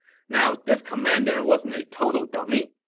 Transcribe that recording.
now, this commander wasn't a total dummy.